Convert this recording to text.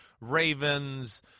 Ravens